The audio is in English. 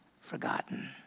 forgotten